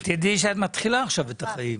תדעי שאת מתחילה עכשיו את החיים.